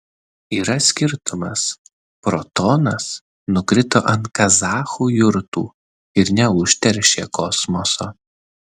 yra skirtumas protonas nukrito ant kazachų jurtų ir neužteršė kosmoso